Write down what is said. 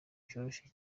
cyoroshye